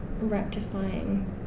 rectifying